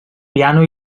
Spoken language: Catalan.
piano